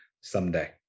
someday